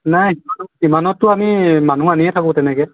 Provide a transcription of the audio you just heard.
নাই সিমানতটো আমি মানুহ আনিয়ে থাকো তেনেকৈ